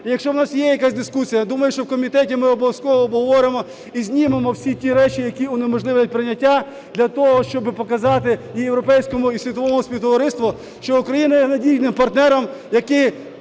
якщо у нас є якась дискусія, я думаю, що в комітеті ми обов'язково обговоримо і знімемо всі ті речі, які унеможливлюють прийняття, для того щоби показати і європейському, і світовому співтовариству, що Україна є надійним партнером, яка